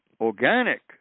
organic